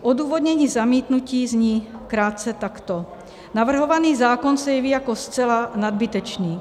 Odůvodnění zamítnutí zní krátce takto: Navrhovaný zákon se jeví jako zcela nadbytečný.